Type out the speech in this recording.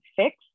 fix